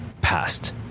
passed